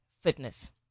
fitness